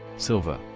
sylva,